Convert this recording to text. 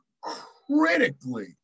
critically